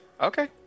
Okay